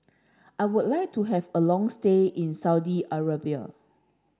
I would like to have a long stay in Saudi Arabia